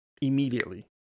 Immediately